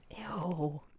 Ew